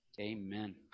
amen